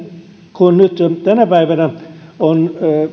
kun nyt tänä päivänä on